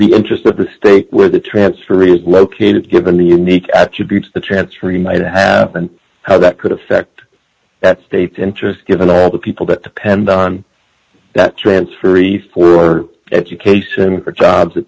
the interest of the state where the transfer is located given the unique attributes the transferee might have been how that could affect that state's interest given all the people that depend on transferee for education for jobs et